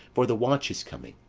for the watch is coming.